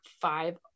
five